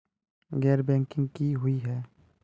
गैर बैंकिंग की हुई है?